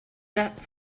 that